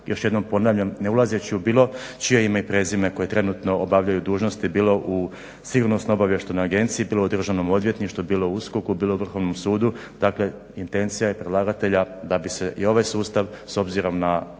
još jednom ponavljam ne ulazeći u bilo čije ime i prezime koje trenutno obavljaju dužnosti, bilo u sigurnosno-obavještajnoj agenciji, bilo u Državnom odvjetništvu, bilo u USKOK-u, bilo Vrhovnom sudu, dakle intencija je predlagatelja da bi se i ovaj sustav s obzirom na